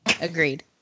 Agreed